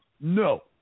No